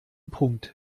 punkt